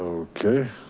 okay.